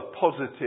positive